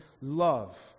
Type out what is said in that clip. love